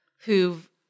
who've